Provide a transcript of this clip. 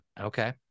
Okay